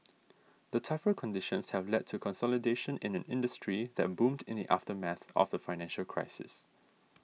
the tougher conditions have led to consolidation in an industry that boomed in the aftermath of the financial crisis